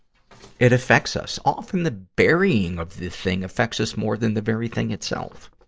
it affects us. often the burying of the thing affects us more than the very thing itself.